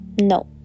no